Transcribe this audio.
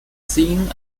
seen